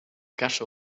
caixa